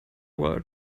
were